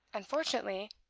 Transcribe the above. unfortunately,